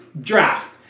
draft